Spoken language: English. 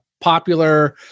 popular